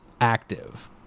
active